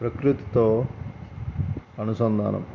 ప్రకృతితో అనుసంధానం